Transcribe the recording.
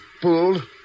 pulled